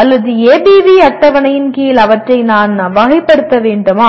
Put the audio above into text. அல்லது ஏபிவி அட்டவணையின் கீழ் அவற்றை நான் வகைப்படுத்த வேண்டுமா